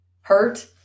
Hurt